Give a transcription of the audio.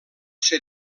ser